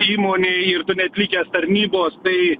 įmonėj ir tu neatlikęs tarnybos tai